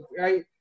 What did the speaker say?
right